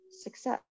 success